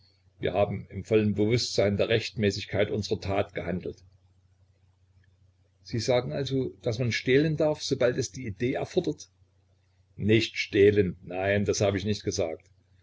wir haben im vollen bewußtsein der rechtmäßigkeit unserer tat gehandelt sie sagen also daß man stehlen darf sobald es die idee erfordert nicht stehlen nein das hab ich nicht gesagt